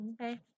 Okay